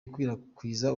ikwirakwiza